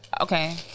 okay